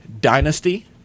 dynasty